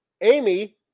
Amy